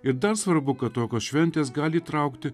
ir dar svarbu kad tokios šventės gali įtraukti